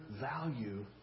value